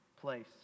place